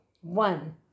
one